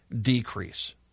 decrease